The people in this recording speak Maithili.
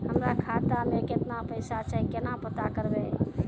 हमरा खाता मे केतना पैसा छै, केना पता करबै?